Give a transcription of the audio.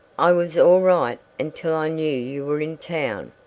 i was all right until i knew you were in town.